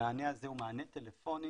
המענה הזה הוא מענה טלפוני